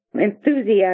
enthusiasm